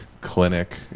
Clinic